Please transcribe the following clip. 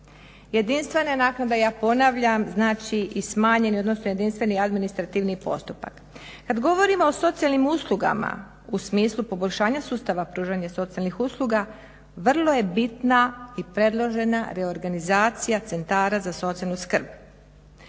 Jedinstvene naknade, ja ponavljam, znači i smanjene, odnosno jedinstveni administrativni postupak. Kad govorimo o socijalnim uslugama u smislu poboljšanja sustava pružanja socijalnih usluga, vrlo je bitna i predložena reorganizacija centara za socijalnu skrb.